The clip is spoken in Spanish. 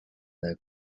del